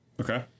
Okay